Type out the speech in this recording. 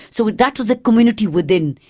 so that was the community within.